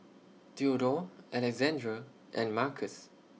Theodore Alexandre and Marcus